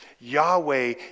Yahweh